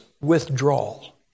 withdrawal